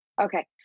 Okay